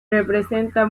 representa